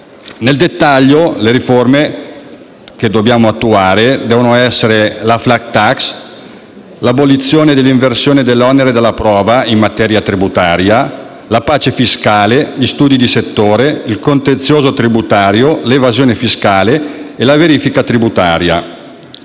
Nel dettaglio, le riforme che dobbiamo attuare sono la *flat tax*, l'abolizione dell'inversione dell'onere della prova in materia tributaria, la pace fiscale, gli studi di settore, il contenzioso tributario, il contenimento dell'evasione fiscale e la verifica tributaria.